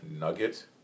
nugget